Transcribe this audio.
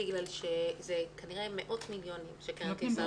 כי זה כנראה מאות מיליוני שקלים שקרן קיסריה